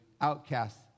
outcasts